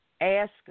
Ask